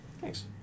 Thanks